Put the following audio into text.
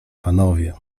panowie